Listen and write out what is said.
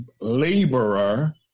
laborer